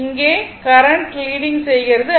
இங்கே current leading செய்கிறது